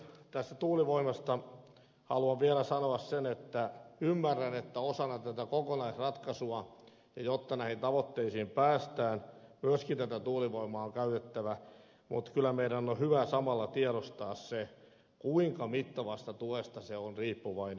tästä tuulivoimasta haluan vielä sanoa sen että ymmärrän että osana tätä kokonaisratkaisua ja sitä että näihin tavoitteisiin päästään myöskin tätä tuulivoimaa on käytettävä mutta kyllä meidän on hyvä samalla tiedostaa se kuinka mittavasta tuesta se on riippuvainen